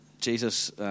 Jesus